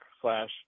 slash